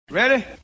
Ready